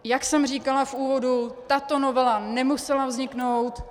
Jak jsem říkala v úvodu, tato novela nemusela vzniknout.